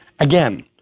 Again